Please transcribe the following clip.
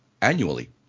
annually